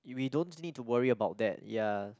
we don't need to worry about that ya